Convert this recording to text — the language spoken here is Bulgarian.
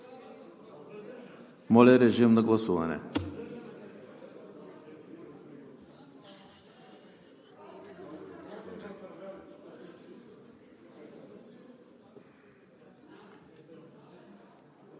Моля, режим на гласуване.